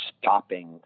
stopping